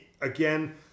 again